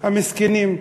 המסכנים.